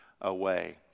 away